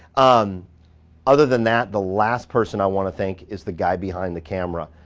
um other than that, the last person i wanna thank is the guy behind the camera,